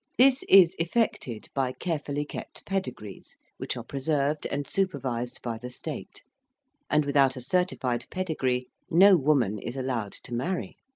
this is effected by carefully-kept pedigrees, which are preserved and supervised by the state and without a certified pedigree no woman is allowed to marry.